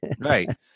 right